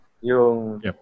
yung